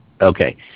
Okay